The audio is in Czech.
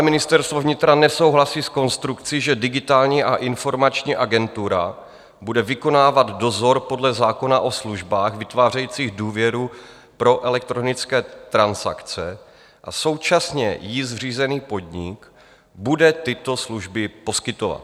Ministerstvo vnitra nesouhlasí s konstrukcí, že Digitální a informační agentura bude vykonávat dozor podle zákona o službách vytvářející důvěru pro elektronické transakce a současně jí zřízený podnik bude tyto služby poskytovat.